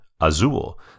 Azul